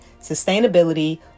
sustainability